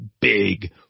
Big